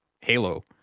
Halo